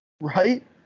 right